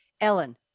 Ellen